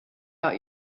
out